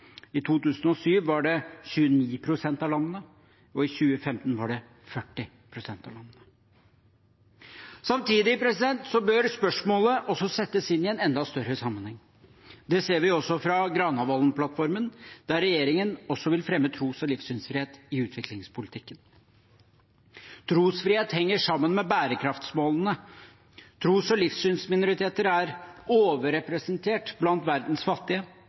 I 2007 var det 29 pst. av landene, og i 2015 var det 40 pst. av landene. Samtidig bør spørsmålet også settes inn i en enda større sammenheng. Det ser vi også fra Granavolden-plattformen, der regjeringen også vil fremme tros- og livssynsfrihet i utviklingspolitikken. Trosfrihet henger sammen med bærekraftsmålene. Tros- og livssynsminoriteter er overrepresentert blant verdens fattige,